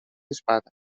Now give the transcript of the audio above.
espada